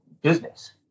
business